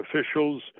officials